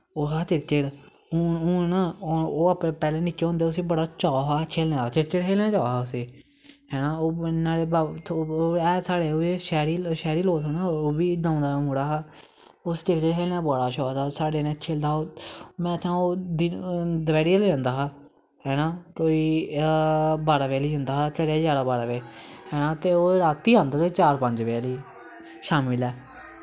ओह् ही क्रिकेट हून ओह् पैह्लें निक्के होंदे बड़ा चाऽ हा क्रिकेट खेलनें दा चाऽ हा उस्सी हैना ओह् है साढ़े शैह्री लोग थोह्ड़े ओह् बी गांव दा मुड़ा हा उस्सी क्रिकेट खेलनें दा बड़ा शौक हा साढ़े नै खेलदा हा ओह् में आक्खा ओह् दपैह्री बेल्लै आंदा हा हैना कोई बाह्रां बजे हारै जंदा हा खेलनें ग्यारां बाह्रां बजे हां ते ओह् रातीं आंदा हा चार पंज बजे हारै शाम्मी लै